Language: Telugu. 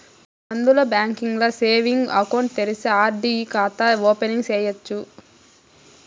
నువ్వు ముందల బాంకీల సేవింగ్స్ ఎకౌంటు తెరిస్తే ఆర్.డి కాతా ఓపెనింగ్ సేయచ్చు